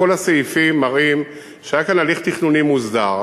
כל הסעיפים מראים רק על הליך תכנוני מוסדר.